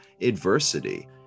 adversity